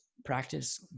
Practice